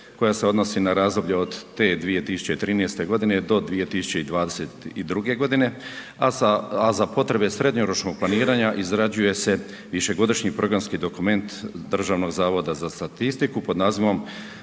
koja se odnosi na razdoblje od te 2013. do 2022. g. a za potrebe srednjoročnog planiranja, izrađuje se višegodišnji programski dokument Državnog zavoda za statistiku pod nazivom